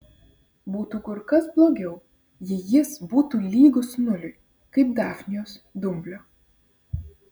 būtų kur kas blogiau jei jis būtų lygus nuliui kaip dafnijos dumblio